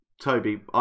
Toby